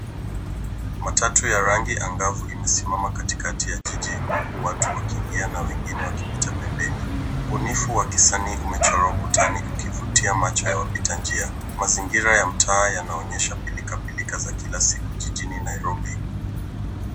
Matatu ya rangi angavu imesimama katikati ya jiji huku watu wakiingia na wengine wakipita pembeni. Ubunifu wa kisani umechorwa ukutani ukivutia macho ya wapita njia. Mazingira ya mtaa yanaonyesha pilikapilika za kila siku jijini Nairobi.